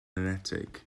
enetig